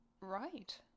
right